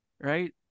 Right